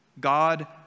God